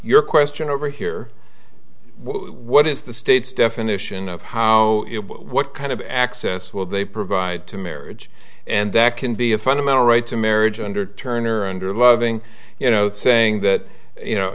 your question over here what is the state's definition of how what kind of access will they provide to marriage and that can be a fundamental right to marriage under turner under loving you know saying that you know